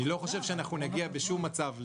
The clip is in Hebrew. אני לא חושב שאנחנו נגיע בשום מצב,